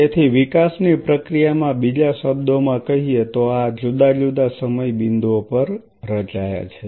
તેથી વિકાસની પ્રક્રિયામાં બીજા શબ્દોમાં કહીએ તો આ જુદા જુદા સમય બિંદુઓ પર રચાયા છે